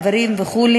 מחברים וכו',